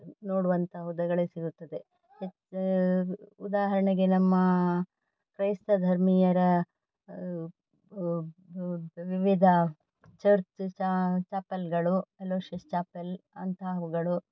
ನೋಡುವಂತಹುಗಳೇ ಸಿಗುತ್ತದೆ ಉದಾಹರಣೆಗೆ ನಮ್ಮ ಕ್ರೈಸ್ತ ಧರ್ಮೀಯರ ವಿವಿಧ ಚರ್ಚ್ ಚಾಪಲ್ಗಳು ಅಲೋಶಿಯಸ್ ಚಾಪೆಲ್ ಅಂತಹವುಗಳು